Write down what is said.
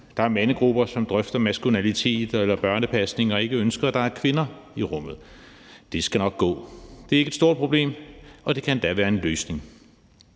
Der er mandegrupper, som drøfter maskulinitet eller børnepasning og ikke ønsker, at der er kvinder i rummet. Det skal nok gå. Det er ikke et stort problem, og det kan endda være en løsning.